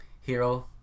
Hero